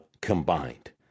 combined